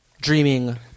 dreaming